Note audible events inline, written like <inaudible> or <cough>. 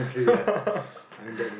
<laughs>